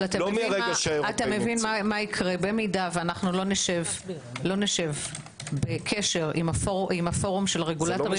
אתה מבין מה יקרה אם לא נשב בקשר עם הפורום של הרגולטורים